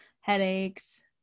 headaches